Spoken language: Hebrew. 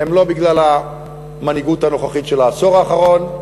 הם לא בגלל המנהיגות הנוכחית של העשור האחרון,